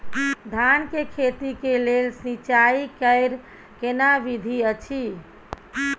धान के खेती के लेल सिंचाई कैर केना विधी अछि?